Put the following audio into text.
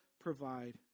provide